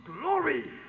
glory